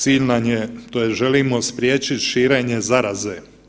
Cilj nam je tj. želimo spriječit širenje zaraze.